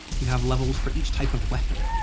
you have levels for each type of weapon,